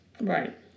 Right